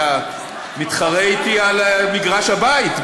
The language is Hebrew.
אתה מתחרה אתי על מגרש הבית,